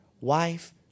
wife